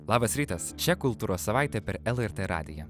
labas rytas čia kultūros savaitė per lrt radiją